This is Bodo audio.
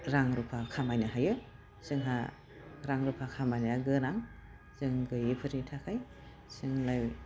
रां रुफा खामायनो हायो जोंहा रां रुफा खामायनाया गोनां जों गैयेफोरनि थाखाय जोंलाइ